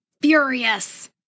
furious